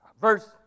Verse